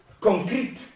concrete